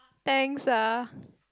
thanks ah